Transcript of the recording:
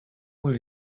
will